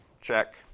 check